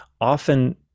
often